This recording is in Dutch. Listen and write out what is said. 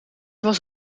was